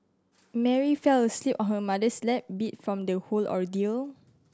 Mary fell asleep on her mother's lap beat from the whole ordeal